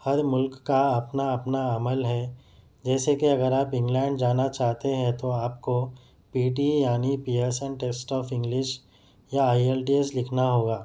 ہر ملک کا اپنا اپنا عمل ہے جیسے کہ اگر آپ انگلینڈ جانا چاہتے ہیں تو آپ کو پی ٹی اے یعنی پیئرسن ٹیسٹ آف انگلش یا آئی ایل ٹی ایس لکھنا ہوگا